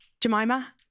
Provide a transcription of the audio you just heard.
Jemima